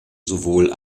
sowohl